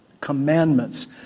commandments